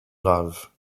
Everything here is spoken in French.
graves